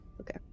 Okay